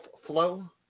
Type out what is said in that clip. flow